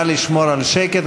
נא לשמור על שקט.